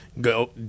go